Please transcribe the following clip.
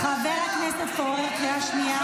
חבר הכנסת פורר, קריאה שנייה.